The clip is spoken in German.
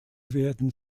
werden